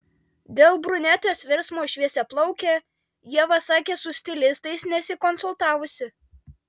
dėl brunetės virsmo šviesiaplauke ieva sakė su stilistais nesikonsultavusi